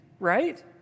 Right